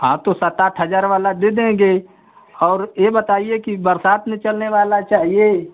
हाँ तो सात आठ हजार वाला दे देंगे और ये बताइए कि बरसात में चलने वाला चाहिए